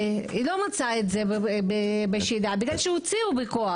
היא לא מצאה את זה בשידה כי הוציאו אותו מהמקום בכוח.